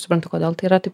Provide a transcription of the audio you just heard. suprantu kodėl tai yra taip